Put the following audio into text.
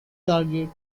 targets